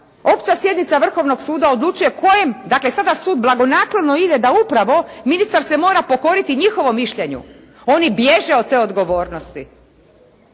opća sjednica Vrhovnog suda odlučuje kojem, dakle sada sud blagonaklono ide da upravo ministar se mora pokoriti njihovom mišljenju. Oni bježe od te odgovornosti